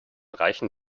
reichen